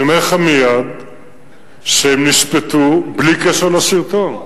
אני אומר לך מייד שהם נשפטו בלי קשר לסרטון,